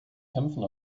kämpfen